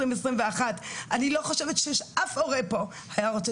שנת 2021. אני לא חושבת שיש אף הורה פה שהיה רוצה